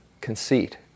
conceit